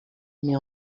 mais